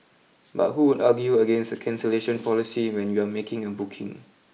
but who would argue against a cancellation policy when you are making a booking